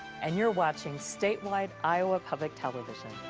and you're watching statewide iowa public television